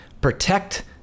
protect